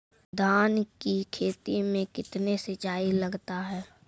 धान की खेती मे कितने सिंचाई लगता है?